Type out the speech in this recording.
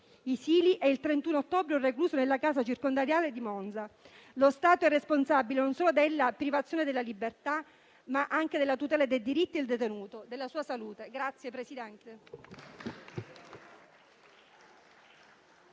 Isili e il 31 ottobre quella di un recluso nella casa circondariale di Monza. Lo Stato è responsabile non solo della privazione della libertà, ma anche della tutela dei diritti del detenuto e della sua salute.